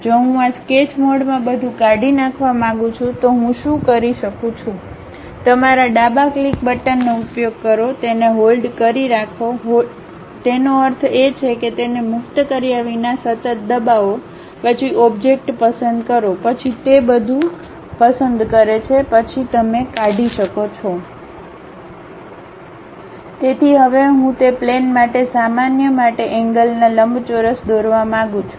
જો હું આ સ્કેચ મોડમાં બધું કાઢી નાખવા માંગું છું તો હું શું કરી શકું છું તમારા ડાબા ક્લિક બટનનો ઉપયોગ કરો તેને હોલ્ડ કરી રાખો હોલ્ડ કરી રાખો તેનો અર્થ એ છે કે તેને મુક્ત કર્યા વિના સતત દબાવો પછી ઓબ્જેક્ટ પસંદ કરો પછી તે બધું પસંદ કરે છે પછી તમે કાઢી શકો છો તેથી હવે હું તે પ્લેન માટે સામાન્ય માટે એન્ગ્લના લંબચોરસ દોરવા માંગું છું